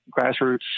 grassroots